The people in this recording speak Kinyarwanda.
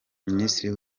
minisitiri